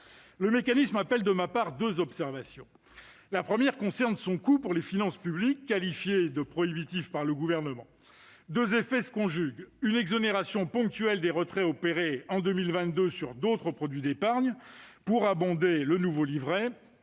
Le mécanisme appelle de ma part deux observations. La première concerne son coût pour les finances publiques, qualifié de « prohibitif » par le Gouvernement. Deux effets se conjuguent : une exonération ponctuelle des retraits opérés en 2022 sur d'autres produits d'épargne pour abonder le nouveau livret